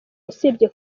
usibye